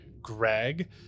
Greg